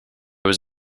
was